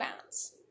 bounds